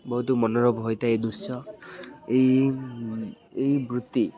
ବହୁତ ମନୋରୋଭ ହୋଇଥାଏ ଏ ଦୃଶ୍ୟ ଏହି ବୃତ୍ତି